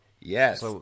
yes